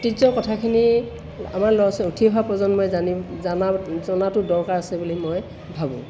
ঐতিহ্যৰ কথাখিনি আমাৰ ল'ৰা ছোৱালী উঠি অহা প্ৰজন্মই জানিব জানাটো জনাটো দৰকাৰ আছে বুলি মই ভাবোঁ